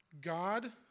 God